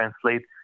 translate